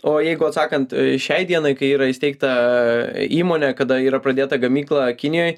o jeigu atsakant šiai dienai kai yra įsteigta įmonė kada yra pradėta gamykla kinijoj